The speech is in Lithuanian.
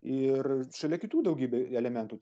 ir šalia kitų daugybė elementų